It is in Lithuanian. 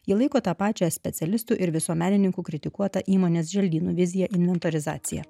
ji laiko tą pačią specialistų ir visuomenininkų kritikuota įmonės želdynų vizija inventorizacija